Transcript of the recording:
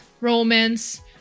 romance